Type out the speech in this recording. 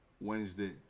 Wednesday